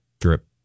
drip